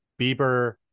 Bieber